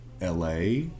LA